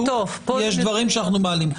יש דברים שאנחנו מעלים.